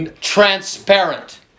transparent